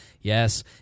yes